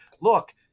look